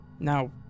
Now